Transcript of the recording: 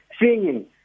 singing